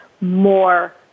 more